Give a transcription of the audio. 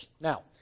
Now